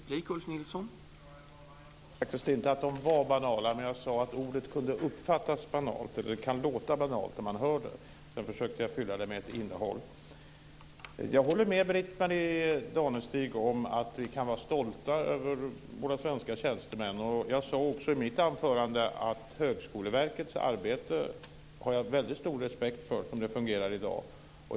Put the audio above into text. Herr talman! Jag sade faktiskt inte att de var banala. Jag sade att ordet kunde uppfattas banalt eller att det kan låta banalt när man hör det. Sedan försökte jag fylla det med ett innehåll. Jag håller med Britt-Marie Danestig om att vi kan vara stolta över våra svenska tjänstemän. Jag sade också i mitt anförande att jag har väldigt stor respekt för Högskoleverkets arbete som det fungerar i dag.